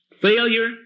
Failure